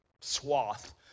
swath